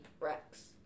Rex